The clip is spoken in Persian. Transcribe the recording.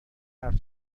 حرف